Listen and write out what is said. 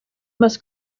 must